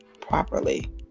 properly